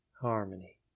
harmony